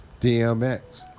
DMX